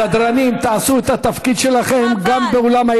סדרנים, תעשו את התפקיד שלכם גם באולם, חבל.